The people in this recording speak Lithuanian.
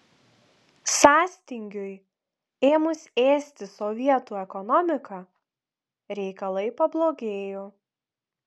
sąstingiui ėmus ėsti sovietų ekonomiką reikalai pablogėjo